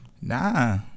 Nah